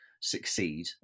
succeed